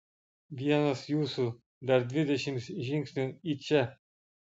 vienas jūsų dar dvidešimt žingsnių į čia